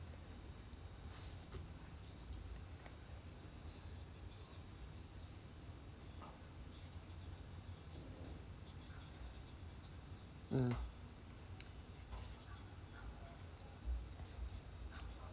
mm